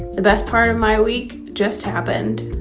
the best part of my week just happened.